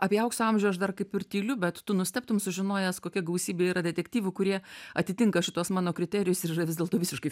apie aukso amžių aš dar kaip ir tyliu bet tu nustebtum sužinojęs kokia gausybė yra detektyvų kurie atitinka šituos mano kriterijus ir yra vis dėlto visiškai